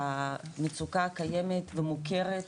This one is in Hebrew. המצוקה קיימת ומוכרת,